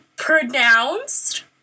pronounced